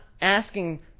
asking